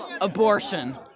abortion